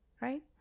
Right